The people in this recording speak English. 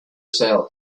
sale